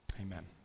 Amen